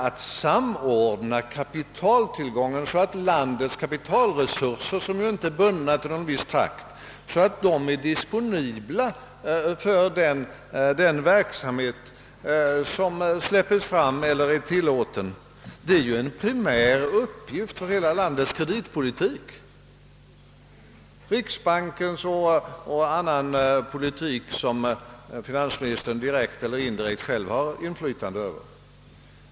Att samordna kapitaltillgången så att landets kapitalresurser, som ju inte är bundna till någon viss trakt, är disponibla för den verksamhet som släpps fram eller är tillåten, det är ju en primär uppgift för hela landets kreditpolitik — riksbankens politik och annan politik som finansministern direkt eller indirekt har inflytande över.